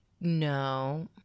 No